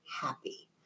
happy